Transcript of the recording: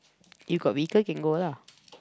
you got vehicle can go lah